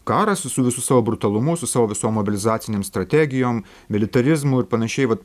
karas su visu savo brutalumu su savo visom mobilizacinėm strategijom militarizmu ir panašiai va